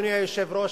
אדוני היושב-ראש,